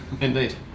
Indeed